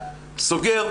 סוגר,